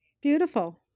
Beautiful